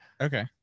Okay